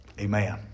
Amen